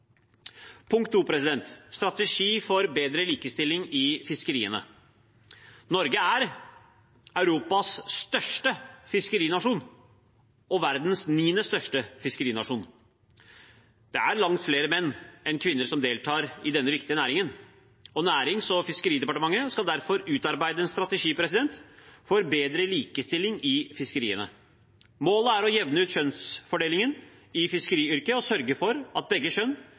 Punkt 2 er strategi for bedre likestilling i fiskeriene. Norge er Europas største fiskerinasjon og verdens niende største fiskerinasjon. Det er langt flere menn enn kvinner som deltar i denne viktige næringen. Nærings- og fiskeridepartementet skal derfor utarbeide en strategi for bedre likestilling i fiskeriene. Målet er å jevne ut kjønnsfordelingen i fiskeryrket og sørge for at begge kjønn